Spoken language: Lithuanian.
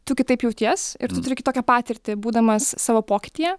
tu kitaip jauties ir tu turi kitokią patirtį būdamas savo pokytyje